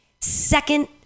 second